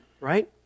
right